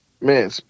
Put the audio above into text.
Man